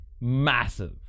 massive